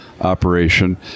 operation